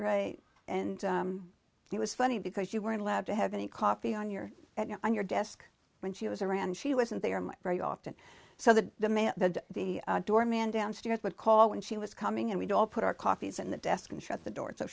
ray and it was funny because you weren't allowed to have any coffee on your on your desk when she was around she wasn't they are very often so that the doorman downstairs would call when she was coming and we'd all put our coffees in the desk and shut the door so